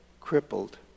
crippled